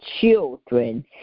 children